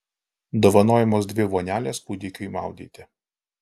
dovanojamos dvi vonelės kūdikiui maudyti